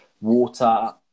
Water